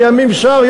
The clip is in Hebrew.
לימים שר,